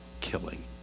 killing